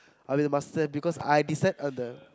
I'll be the master because I decide on the